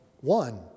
one